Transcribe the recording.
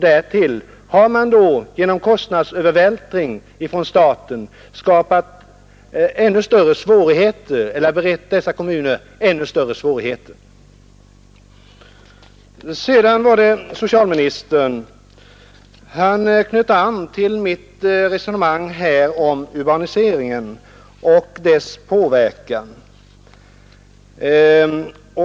Därtill har man genom kostnadsövervältring från staten berett dessa kommuner ännu större svårigheter. Socialministern knöt an till mitt resonemang om urbaniseringen och dess påverkan.